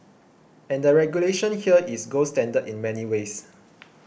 and the regulation here is gold standard in many ways